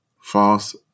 False